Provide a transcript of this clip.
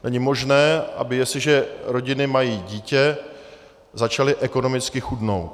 Není možné, jestliže rodiny mají dítě, začaly ekonomicky chudnout.